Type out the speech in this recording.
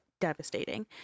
devastating